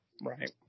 right